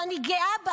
ואני גאה בה.